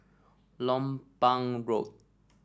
Lompang Road